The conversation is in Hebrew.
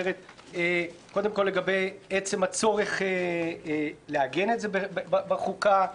קודם כול, לגבי עצם הצורך לעגן את זה בחוקה;